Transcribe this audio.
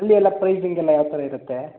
ಅಲ್ಲಿ ಎಲ್ಲ ಪ್ರೈಸಿಂಗ್ ಎಲ್ಲ ಯಾವ ಥರ ಇರುತ್ತೆ